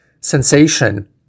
sensation